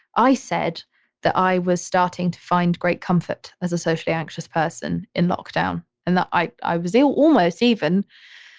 i said that i was starting to find great comfort as a socially anxious person in lockdown and that i i was l, almost even.